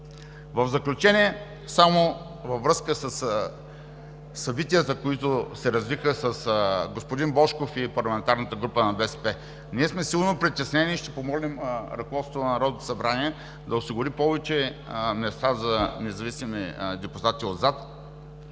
В заключение – само във връзка със събитията, които се развиха с господин Божков и парламентарната група на БСП. Ние сме силно притеснени и ще помолим ръководството на Народното събрание да осигури повече места за независими депутати отзад,